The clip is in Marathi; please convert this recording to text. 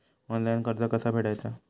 ऑनलाइन कर्ज कसा फेडायचा?